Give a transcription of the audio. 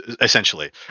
essentially